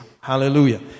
Hallelujah